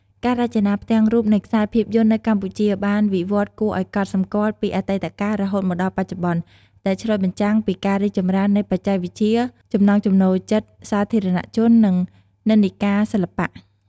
ការរចនាផ្ទាំងរូបនៃខ្សែរភាពយន្តនៅកម្ពុជាបានវិវត្តន៍គួរឱ្យកត់សម្គាល់ពីអតីតកាលរហូតមកដល់បច្ចុប្បន្ន ដែលឆ្លុះបញ្ចាំងពីការរីកចម្រើននៃបច្ចេកវិទ្យា ចំណង់ចំណូលចិត្តសាធារណៈជន និងនិន្នាការសិល្បៈ ។